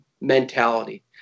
mentality